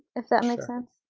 if that makes sense.